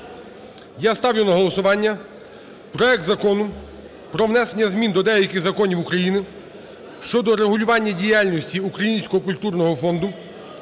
Я ставлю на голосування проект Закону про внесення змін до деяких законів України щодо врегулювання діяльності Українського культурного фонду